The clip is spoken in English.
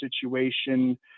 situation